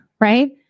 right